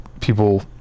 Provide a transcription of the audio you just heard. people